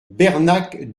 bernac